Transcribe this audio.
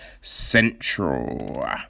Central